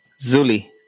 Zuli